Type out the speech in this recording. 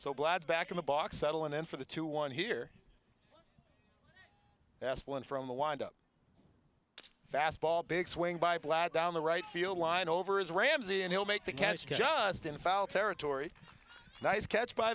so glad back in the box settling in for the two one here that's one from the wind up fastball big swing by a black down the right field line over is ramsey and he'll make the catch just in foul territory nice catch by